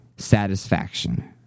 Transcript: satisfaction